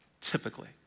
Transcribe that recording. typically